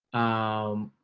um,